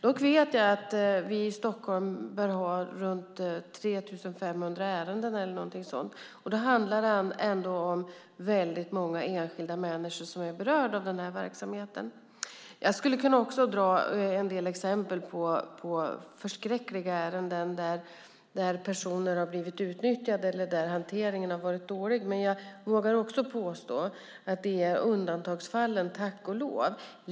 Jag vet att det i Stockholm finns omkring 3 500 ärenden, och det är alltså många enskilda människor som berörs av verksamheten. Även jag skulle kunna ge exempel på förskräckliga ärenden där personer blivit utnyttjade eller hanteringen varit dålig, men jag vågar påstå att de är undantagsfall - tack och lov.